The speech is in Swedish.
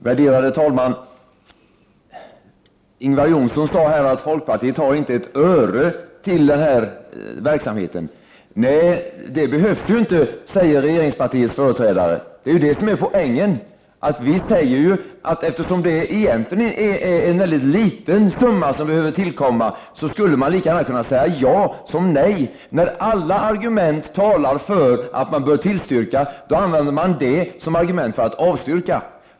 Värderade talman! Ingvar Johnsson sade att folkpartiet inte har ett öre till denna verksamhet. Nej, det behövs ju inte, säger regeringspartiets företrädare. Det är ju det som är poängen, dvs. att eftersom det egentligen är en mycket liten summa som behöver tillföras kan man lika bra säga ja som nej. När alla argument talar för att man bör bifalla detta används det som argu ment för att avstyrka.